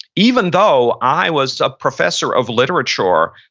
even though i was a professor of literature,